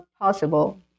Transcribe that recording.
possible